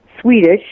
Swedish